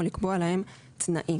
או לקבוע להם תנאים".